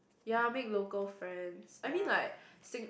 ya make local friends I mean like Sing~